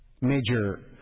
Major